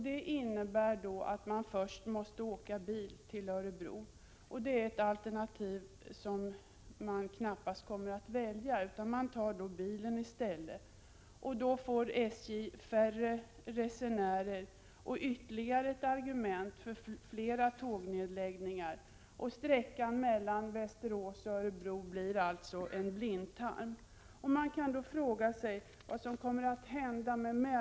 Det innebär att man först måste åka bil till Örebro, och det är ett alternativ som man knappast kommer att välja. I stället tar man bilen hela sträckan. Men då får SJ färre resenärer, och ytterligare ett argument för fler tågneddragningar. Sträckan mellan Västerås och Örebro blir alltså en blindtarm.